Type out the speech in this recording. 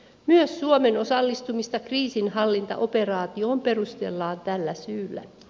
myös suomen osallistumista kriisinhallintaoperaatioon perustellaan tällä syyllä